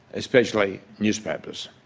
especially newspapers.